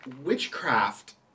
witchcraft